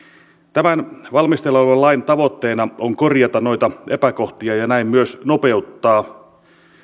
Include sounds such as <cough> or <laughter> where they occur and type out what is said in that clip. olevan lain tavoitteena <unintelligible> on korjata noita epäkohtia ja näin myös nopeuttaa